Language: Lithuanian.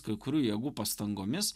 kai kurių jėgų pastangomis